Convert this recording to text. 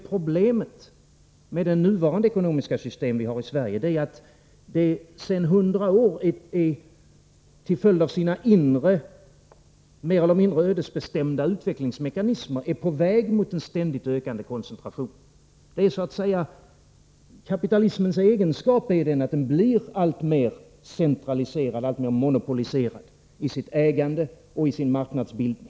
Problemet med det nuvarande ekonomiska systemet i Sverige är att det sedan hundra år, till följd av sina inre mer eller mindre ödesbestämda utvecklingsmekanismer, är på väg mot ständigt ökad koncentration. Det är så att säga kapitalismens egenskap att den blir alltmer centraliserad och monopoliserad i sitt ägande och i sin marknadsbildning.